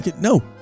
No